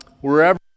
wherever